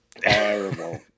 Terrible